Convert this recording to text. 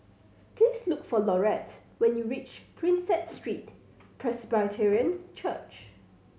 please look for Laurette when you reach Prinsep Street Presbyterian Church